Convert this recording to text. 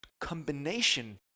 combination